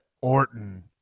Orton